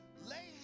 Lay